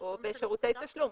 או בשירותי תשלום,